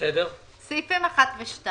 סעיפים 1 ו-2